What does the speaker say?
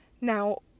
Now